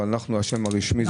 אבל השם הרשמי ניצולי השואה.